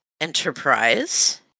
Enterprise